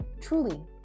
Truly